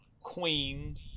queen